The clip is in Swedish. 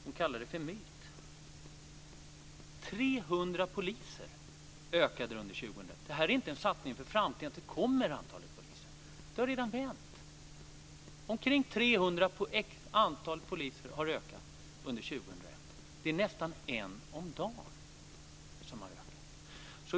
Hon kallade det för myt. Antalet poliser ökade med 300 under 2001. Det här är inte en satsning för framtiden, att det här antalet poliser kommer. Det har redan vänt. Med omkring 300 har antalet poliser ökat under 2001. Det är nästan en om dagen.